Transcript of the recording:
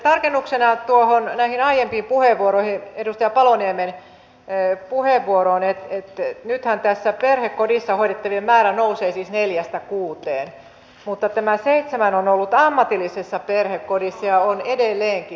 tarkennuksena näihin aiempiin puheenvuoroihin edustaja paloniemen puheenvuoroon että nythän perhekodissa hoidettavien määrä nousee siis neljästä kuuteen mutta tämä seitsemän on ollut ammatillisessa perhekodissa ja on edelleenkin